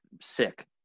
sick